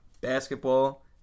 basketball